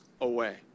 away